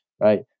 Right